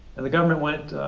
and the government went,